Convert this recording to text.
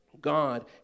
God